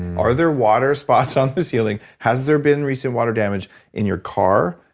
are there water spots on the ceiling? has there been recent water damage in your car?